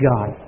God